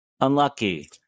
unlucky